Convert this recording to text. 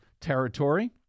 territory